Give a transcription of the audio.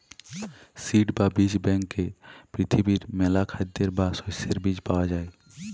seed বা বীজ ব্যাংকে পৃথিবীর মেলা খাদ্যের বা শস্যের বীজ পায়া যাই